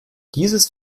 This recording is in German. dieses